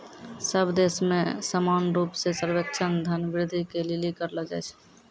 सब देश मे समान रूप से सर्वेक्षण धन वृद्धि के लिली करलो जाय छै